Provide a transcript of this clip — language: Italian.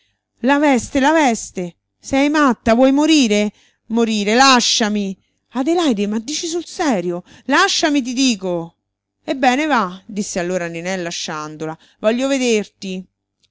la veste la veste sei matta vuoi morire morire lasciami adelaide ma dici sul serio lasciami ti dico ebbene va disse allora nené lasciandola voglio vederti